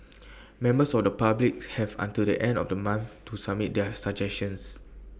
members of the public have until the end of the month to submit their suggestions